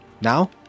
Now